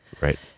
Right